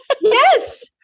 Yes